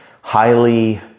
highly